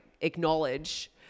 acknowledge